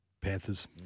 Panthers